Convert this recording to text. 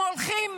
הם הולכים